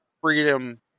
freedom